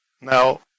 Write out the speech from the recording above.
Now